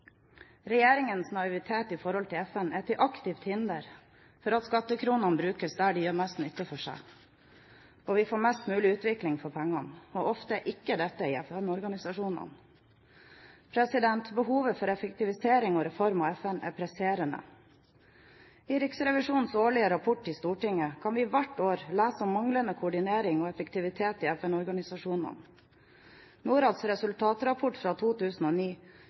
Regjeringens naivitet i forhold til FN er til aktivt hinder for at skattekronene brukes der hvor de gjør mest nytte for seg og vi får mest mulig utvikling for pengene – og ofte er ikke dette i FN-organisasjonene. Behovet for effektivisering og reform av FN er presserende. I Riksrevisjonens årlige rapport til Stortinget kan vi hvert år lese om manglende koordinering og effektivitet i FN-organisasjonene. Norads resultatrapport fra 2009